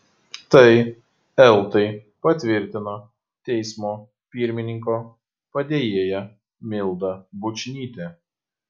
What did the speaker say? tai eltai patvirtino teismo pirmininko padėjėja milda bučnytė